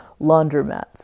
laundromats